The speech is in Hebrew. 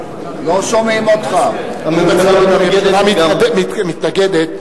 מכיוון שהממשלה מתנגדת,